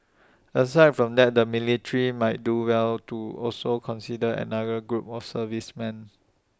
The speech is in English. aside from that the military might do well to also consider another group of servicemen